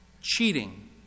cheating